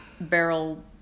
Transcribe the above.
barrel